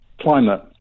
climate